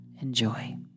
Enjoy